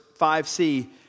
5c